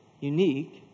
unique